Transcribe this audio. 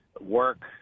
work